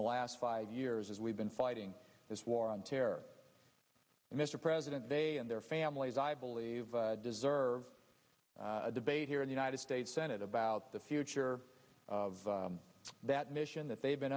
the last five years as we've been fighting this war on terror and mr president they and their families i believe they've deserve a debate here in the united states senate about the future of that mission that they've been